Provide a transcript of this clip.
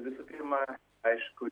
visų pirma aišku